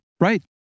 Right